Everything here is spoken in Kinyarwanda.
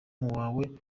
wawe